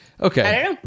okay